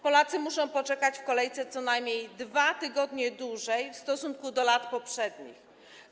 Polacy muszą poczekać w kolejce co najmniej 2 tygodnie dłużej w stosunku do poprzednich lat.